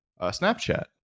Snapchat